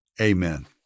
amen